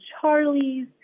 Charlie's